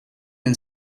and